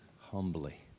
humbly